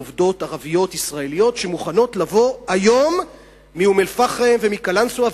של עובדות ערביות ישראליות שמוכנות לבוא היום מאום-אל-פחם ומקלנסואה,